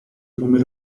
come